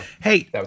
Hey